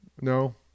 No